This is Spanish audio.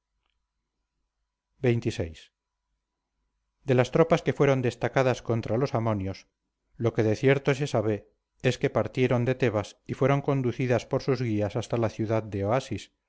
xxvi de las tropas que fueron destacadas contra los amonios lo que de cierto se sabe es que partieron de tebas y fueron conducidas por sus guías hasta la ciudad de oasis